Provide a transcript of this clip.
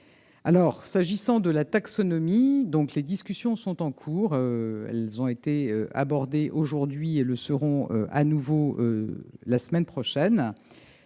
S'agissant de la taxonomie, les discussions sont en cours ; elles ont été abordées aujourd'hui et le seront de nouveau la semaine prochaine.